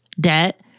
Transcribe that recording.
debt